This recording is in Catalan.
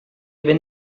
ben